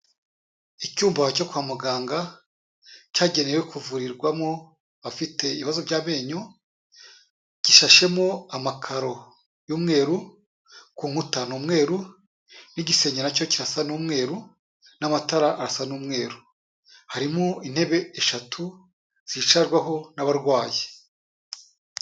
Icyumba cyo kwa muganga, cyagenewe kuvurirwamo abafite ibibazo by'amenyo, gishashemo amakaro y'umweru, ku nkuta ni umweru, n'igisenge nacyo kirasa n'umweru, n'amatara arasa n'umweru, harimo intebe eshatu zicarwaho n'abarwayi.